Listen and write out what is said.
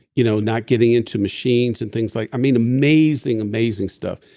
you know not getting into machines and things like. i mean amazing, amazing stuff.